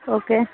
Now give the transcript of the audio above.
okay